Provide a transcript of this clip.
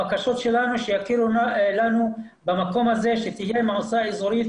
הבקשות שלנו שיכירו במקום הזה, שתהיה מועצה אזורית